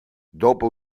dopo